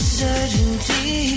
certainty